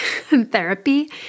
therapy